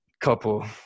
couple